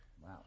Wow